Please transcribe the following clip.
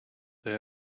they